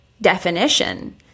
definition